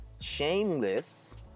shameless